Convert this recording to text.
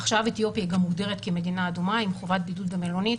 עכשיו אתיופיה גם מוגדרת כמדינה אדומה עם חובת בידוד במלונית,